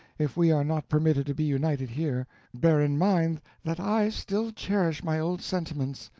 if we are not permitted to be united here bear in mind that i still cherish my old sentiments,